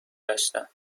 گشتم